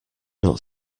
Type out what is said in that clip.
not